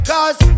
Cause